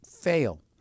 fail